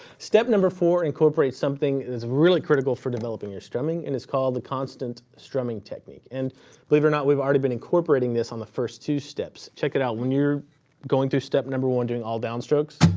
step number four incorporates something that's really critical for developing your strumming, and it's called the constant strumming technique, and believe it or not, we've already been incorporating this on the first two steps. check it out. when you're going through step number one, doing all downstrokes,